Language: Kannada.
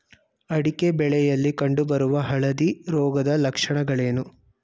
ಅಡಿಕೆ ಬೆಳೆಯಲ್ಲಿ ಕಂಡು ಬರುವ ಹಳದಿ ರೋಗದ ಲಕ್ಷಣಗಳೇನು?